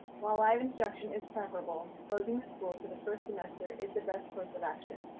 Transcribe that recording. while live instruction is preferable, closing the schools for the first semester is the best course of action.